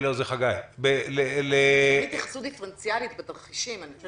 -- התייחסות דיפרנציאלית בתרחישים.